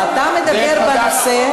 אתה מדבר בנושא,